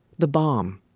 the bomb.